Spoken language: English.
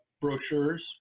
brochures